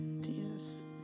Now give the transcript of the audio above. Jesus